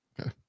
Okay